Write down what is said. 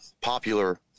popular